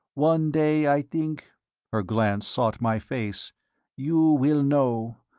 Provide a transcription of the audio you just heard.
one day, i think her glance sought my face you will know.